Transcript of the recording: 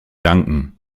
danken